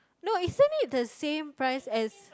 no isn't it the same price as